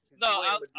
No